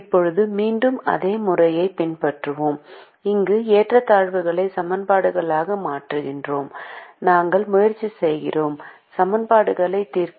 இப்போது மீண்டும் அதே முறையைப் பின்பற்றுவோம் அங்கு ஏற்றத்தாழ்வுகளை சமன்பாடுகளாக மாற்றுகிறோம் நாங்கள் முயற்சி செய்கிறோம் சமன்பாடுகளை தீர்க்க